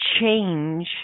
change